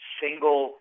single